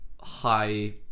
high